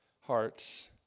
hearts